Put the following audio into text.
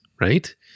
right